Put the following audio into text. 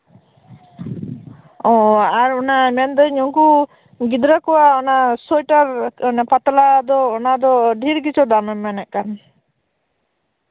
ᱚ ᱟᱨ ᱢᱮᱱ ᱫᱟᱹᱧ ᱩᱱᱠᱩ ᱜᱤᱫᱽᱨᱟᱹ ᱠᱚᱣᱟᱜ ᱥᱳᱭᱮᱴᱟᱨ ᱯᱟᱛᱞᱟ ᱫᱚ ᱰᱷᱤᱨ ᱜᱮᱛᱚ ᱫᱟᱢ ᱮᱢ ᱢᱮᱱᱮᱫ ᱠᱟᱱ